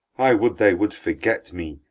i would they would forget me,